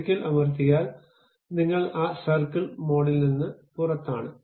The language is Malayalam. ഒരിക്കൽ അമർത്തിയാൽ നിങ്ങൾ ആ സർക്കിൾ മോഡിൽ നിന്ന് പുറത്താണ്